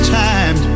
time